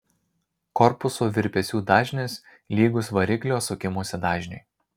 korpuso virpesių dažnis lygus variklio sukimosi dažniui